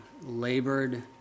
labored